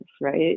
right